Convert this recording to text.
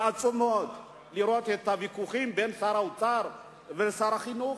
ועצוב מאוד לראות את הוויכוחים בין שר האוצר לבין שר החינוך.